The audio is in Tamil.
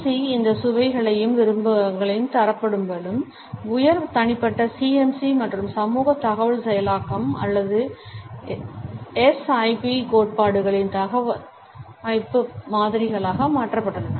சி இந்த சுவைகளையும் விருப்பங்களையும் தரப்படுத்மேலும் உயர் தனிப்பட்ட CMC மற்றும் சமூக தகவல் செயலாக்கம் அல்லது எஸ்ஐபி கோட்பாடுகளின் தகவமைப்பு மாதிரிகளாக மாற்றப்பட்டுள்ளன